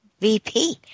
VP